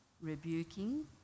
rebuking